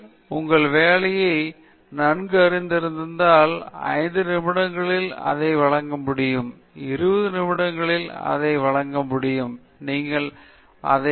எனவே நீங்கள் உங்கள் வேலையை நன்கு அறிந்திருந்தால் 5 நிமிடங்களில் அதை வழங்க முடியும் 20 நிமிடங்களில் அதை வழங்க முடியும் நீங்கள் அதை ஒரு மணி நேரத்திற்கு முன் வழங்க முடியும்